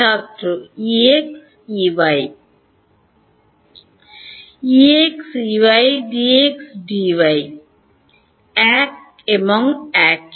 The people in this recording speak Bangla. ছাত্র Ex Ey Dx Dy Dx Dy এক এবং একই